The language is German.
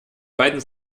beiden